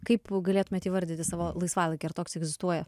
kaip galėtumėt įvardyti savo laisvalaikį ar toks egzistuoja